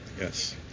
Yes